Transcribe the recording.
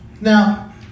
Now